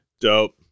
dope